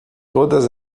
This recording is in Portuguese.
todas